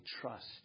trust